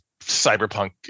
cyberpunk